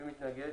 מי נגד?